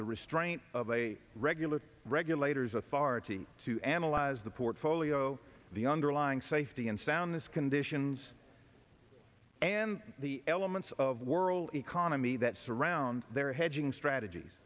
the restraint of a regular regulators authority to analyze the portfolio the underlying safety and soundness conditions and the elements of world economy that surround their hedging strategies